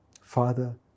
Father